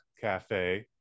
Cafe